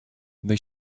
they